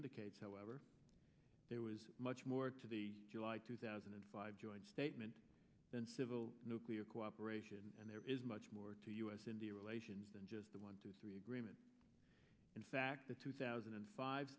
indicates however there was much more to the july two thousand and five joint statement than civil nuclear cooperation and there is much more to us in the relations than just the one two three agreement in fact the two thousand and five